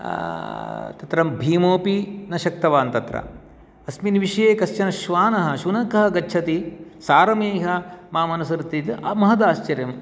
तत्र भीमोपि न शक्तवान् तत्र अस्मिन् विषये कश्चन श्वानः शुनकः गच्छति सारमेयः माम् अनुसरति इति महदाश्चर्यं